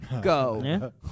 Go